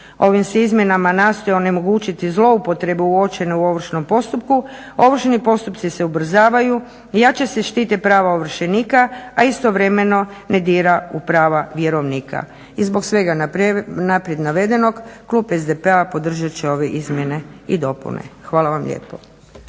Ovim se izmjenama nastoji onemogućiti zloupotrebe uočene u ovršnom postupku, ovršni postupci se ubrzavaju, jače se štite prava ovršenika a istovremeno ne dira u prava vjerovnika i zbog svega naprijed navedenog Klub SDP-a podržat će ove izmjene i dopune. Hvala vam lijepo.